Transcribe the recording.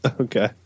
okay